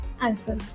answer